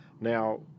Now